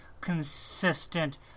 consistent